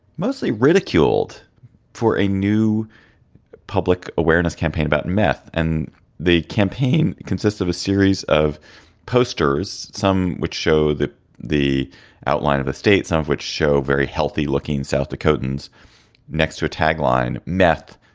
mostly ridiculed for a new public awareness campaign about meth. and the campaign consists of a series of posters, some which show that the outline of a state, some of which show very healthy looking south dakotans next to a tagline, meth.